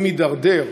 הוא מידרדר.